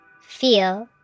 feel